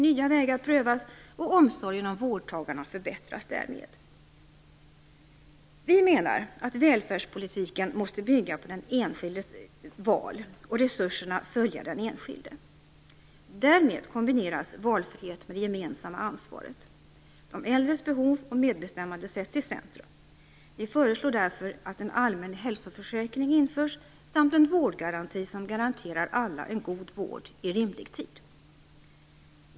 Nya vägar prövas, och omsorgen om vårdtagarna förbättras därmed. Vi menar att välfärdspolitiken måste bygga på den enskildes val och att resurserna skall följa den enskilde. Därmed kombineras valfrihet med det gemensamma ansvaret. De äldres behov och medbestämmande sätts i centrum. Vi föreslår därför att en allmän hälsoförsäkring införs samt en vårdgaranti som garanterar alla en god vård i rimlig tid.